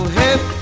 hip